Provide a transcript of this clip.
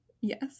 Yes